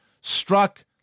struck